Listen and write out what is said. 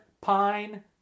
Pine